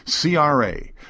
CRA